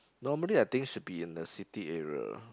normally I think should be in the city area